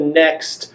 next